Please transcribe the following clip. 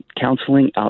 counseling